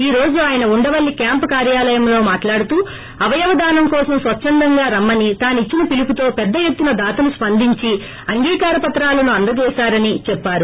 ఈ రోజు ఆయన ొఉండవేల్లి క్యాంప్ కార్యాలయంలో మాట్లాడుతూ అవయవ దానం కోసం స్వచ్చందంగా రమ్మని తానుచ్చిన పిలుపుతో పెద్దేత్తున దాతలు స్సందించి అంగీకార పత్రాలను అందచేసారని చెప్పారు